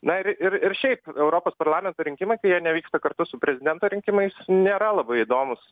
na ir ir ir šiaip europos parlamento rinkimai kai jie nevyksta kartu su prezidento rinkimais nėra labai įdomūs